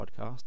podcast